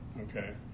Okay